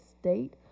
State